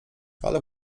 ale